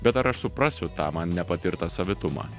bet ar aš suprasiu tą man nepatirtą savitumą